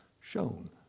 shown